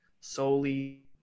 solely